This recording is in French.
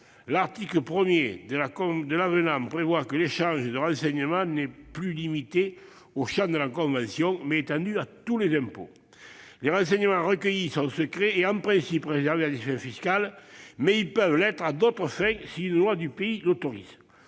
article 1 prévoit que l'échange de renseignements n'est plus limité au champ de la convention, mais qu'il est étendu à tous les impôts. Les renseignements recueillis sont secrets et, en principe, réservés à des fins fiscales, mais ils peuvent être utilisés à d'autres fins si une loi du pays l'autorise.